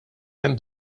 hemm